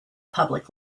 public